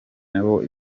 cyawo